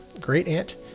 great-aunt